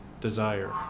desire